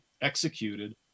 executed